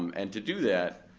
um and to do that,